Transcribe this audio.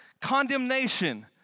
Condemnation